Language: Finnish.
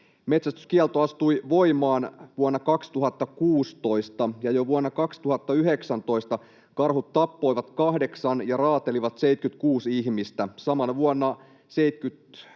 Metsästyskielto astui voimaan vuonna 2016, ja jo vuonna 2019 karhut tappoivat 8 ja raatelivat 76 ihmistä. Samana vuonna 72